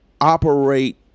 operate